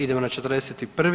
Idemo na 41.